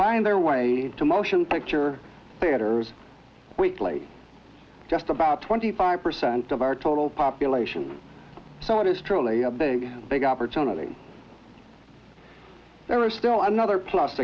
find their way to motion picture theaters weekly just about twenty five percent of our total population so it is truly a big big opportunity there are still another plus